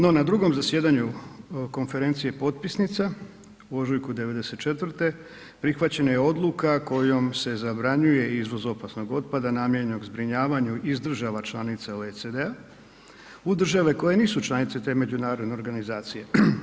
No na drugom zasjedanju konferencije potpisnica u ožujku '94. prihvaćena je odluka kojom se zabranjuje izvoz opasnog otpada namijenjenog zbrinjavanju iz država članica OECD-a u države koje nisu članice te međunarodne organizacije.